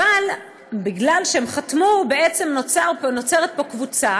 אבל בגלל שהם חתמו בעצם נוצרת פה קבוצה